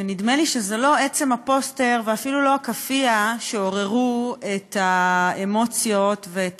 ונדמה לי שזה לא עצם הפוסטר ואפילו לא הכאפיה שעוררו את האמוציות ואת